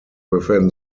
within